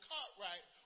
Cartwright